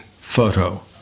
photo